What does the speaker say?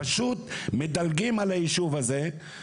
פשוט מדלגים על הישוב הזה,